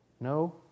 No